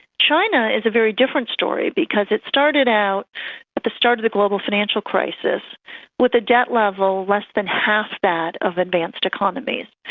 china is a very different story because it started out at the start of the global financial crisis with a debt level less than half that of advanced economies.